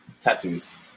Tattoos